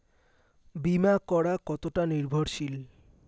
বীমা করা কতোটা নির্ভরশীল?